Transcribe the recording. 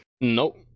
Nope